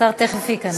השר תכף ייכנס.